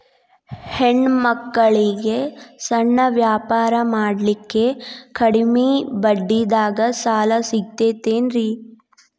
ಹೆಣ್ಣ ಮಕ್ಕಳಿಗೆ ಸಣ್ಣ ವ್ಯಾಪಾರ ಮಾಡ್ಲಿಕ್ಕೆ ಕಡಿಮಿ ಬಡ್ಡಿದಾಗ ಸಾಲ ಸಿಗತೈತೇನ್ರಿ?